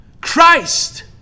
Christ